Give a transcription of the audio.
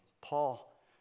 Paul